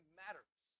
matters